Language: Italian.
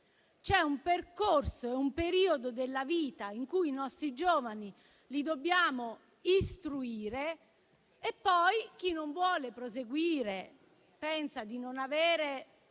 fare e c'è un periodo della vita in cui i nostri giovani li dobbiamo istruire; poi, chi non vuole proseguire, pensando di non avere